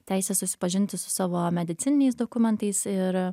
teisė susipažinti su savo medicininiais dokumentais ir